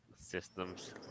systems